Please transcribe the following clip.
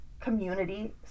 community